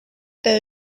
those